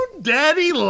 Daddy